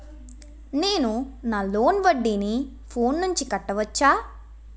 నేను నా లోన్ వడ్డీని ఫోన్ నుంచి కట్టవచ్చా?